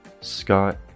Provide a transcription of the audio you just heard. Scott